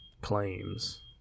claims